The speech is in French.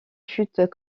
chute